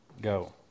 Go